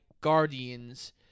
Guardians